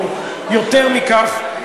או יותר מכך,